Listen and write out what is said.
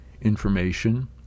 information